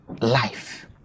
life